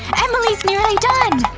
emily's nearly done!